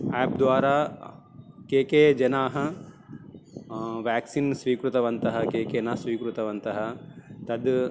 app द्वारा के के जनाः वेक्सिन् स्वीकृतवन्तः के के न स्वीकृतवन्तः तद्